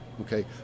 okay